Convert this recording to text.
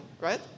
right